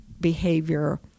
behavior